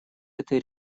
этой